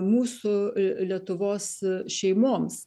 mūsų lietuvos šeimoms